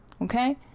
okay